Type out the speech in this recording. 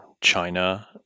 China